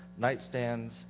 nightstands